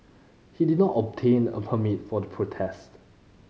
he did not obtain a permit for the protest